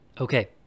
Okay